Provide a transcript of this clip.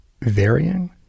varying